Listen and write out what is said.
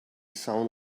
sound